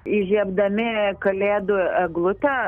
įžiebdami kalėdų eglutę